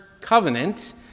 covenant